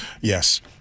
Yes